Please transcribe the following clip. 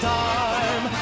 time